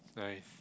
nice